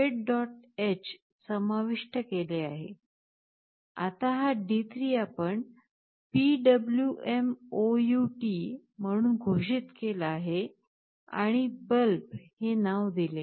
h समाविष्ट केले आहे आता हा D3 आपण PwmOut म्हणून घोषित केला आहे आणि "बल्ब" हे नाव दिले आहे